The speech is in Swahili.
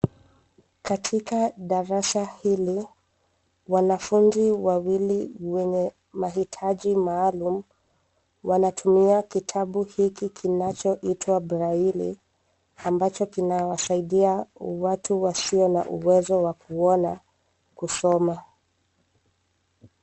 Katika darasa hili, wanafunzi wawili wenye mahitaji maalum wanatumia kitabu hiki kinachoitwa braille ambacho kinawasaidia watu wasio na uwezo wa kuona kusoma.